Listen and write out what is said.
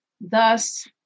Thus